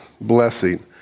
blessing